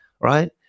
right